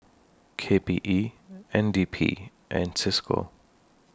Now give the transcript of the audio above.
K P E N D P and CISCO